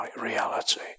reality